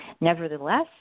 Nevertheless